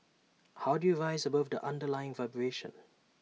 how do you rise above the underlying vibration